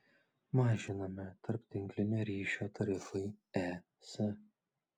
mažinami tarptinklinio ryšio tarifai es